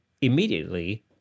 immediately